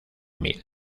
mil